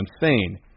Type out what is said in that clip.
insane